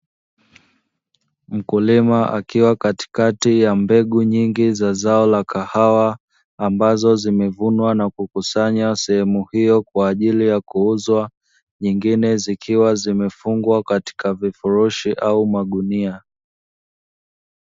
Mkulima akiwa katikati ya mbegu nyingi za zao la kahawa ambazo zimevunwa na kukusanywa sehemu hiyo kwa ajili ya kuuzwa, nyingine zikiwa zimefungwa katika vifurushi au magunia.